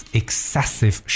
excessive